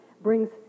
brings